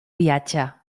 viatge